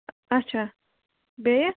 اَچھا بیٚیہِ